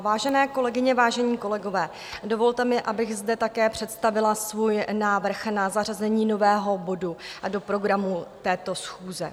Vážené kolegyně, vážení kolegové, dovolte mi, abych zde také představila svůj návrh na zařazení nového bodu do programu této schůze.